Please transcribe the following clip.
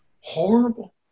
horrible